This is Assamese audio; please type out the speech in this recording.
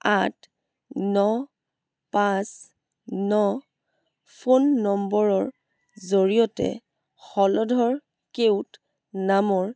আঠ ন পাঁচ ন ফোন নম্বৰৰ জৰিয়তে হলধৰ কেওট নামৰ